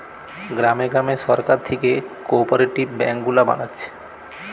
গ্রামে গ্রামে সরকার থিকে কোপরেটিভ বেঙ্ক গুলা বানাচ্ছে